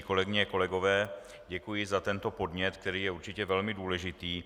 Kolegyně, kolegové, děkuji za tento podnět, který je určitě velmi důležitý.